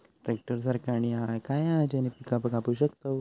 Tractor सारखा आणि काय हा ज्याने पीका कापू शकताव?